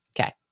Okay